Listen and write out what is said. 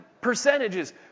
percentages